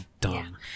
dumb